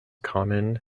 common